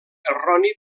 erroni